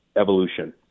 evolution